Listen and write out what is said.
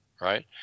right